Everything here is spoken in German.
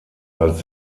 als